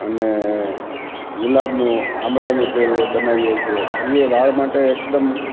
અને ગુલાબનું આંબળાનું તેલ બનાવીએ છીએ એ એ વાળ માટે એકદમ